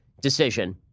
decision